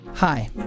Hi